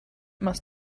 must